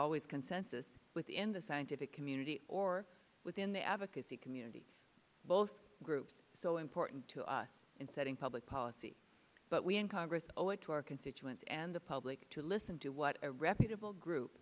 always consensus within the scientific community or within the advocacy community both groups so important to us in setting public policy but we in congress over to our constituents and the public to listen to what a reputable group